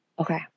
Okay